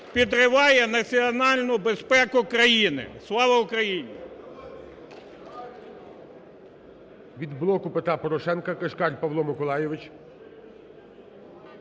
підриває національну безпеку країни. Слава Україні!